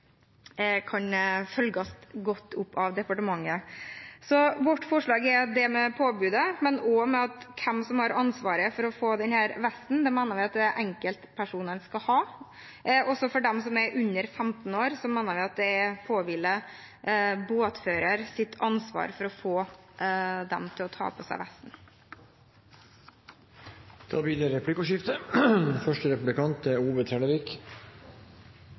kan følges godt opp av departementet. Vårt forslag er altså dette med påbudet, men også at de som skal ha ansvaret for å ha denne vesten, er enkeltpersonene. Og for dem som er under 15 år, mener vi at det påhviler båtfører ansvaret for å få dem til å ta på seg vesten. Det blir replikkordskifte.